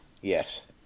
Yes